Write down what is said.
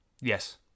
yes